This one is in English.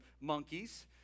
monkey's